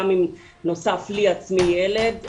גם אם נוסף לי עצמי ילד,